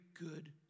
good